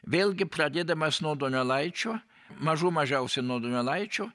vėlgi pradėdamas nuo donelaičio mažų mažiausia nuo donelaičio